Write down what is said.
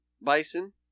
bison